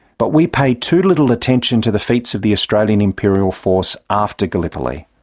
but we pay too little attention to the feats of the australian imperial force after gallipoli.